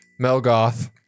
Melgoth